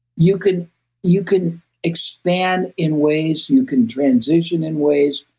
you can you can expand in ways. you can transition in ways.